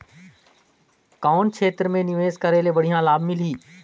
कौन क्षेत्र मे निवेश करे ले बढ़िया लाभ मिलही?